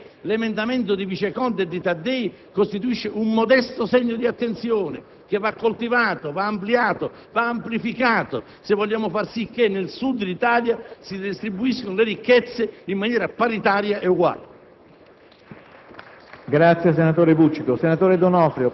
senza guardare agli interessi generali. Ecco perché l'emendamento 3.0.2 costituisce un modesto segno di attenzione, che va coltivato, va ampliato, va amplificato, se vogliamo far sì che nel Sud d'Italia si redistribuiscano le ricchezze in maniera paritaria e uguale.